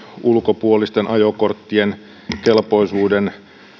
ulkopuolisten ajokorttien kelpoisuuden